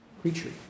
creature